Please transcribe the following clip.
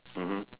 mmhmm